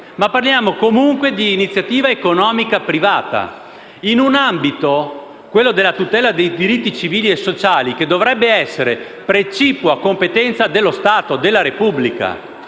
parliamo comunque di iniziativa economica privata in un ambito, quello della tutela dei diritti civili e sociali, che dovrebbe essere precipua competenza dello Stato, della Repubblica.